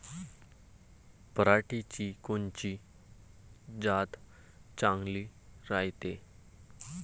पऱ्हाटीची कोनची जात चांगली रायते?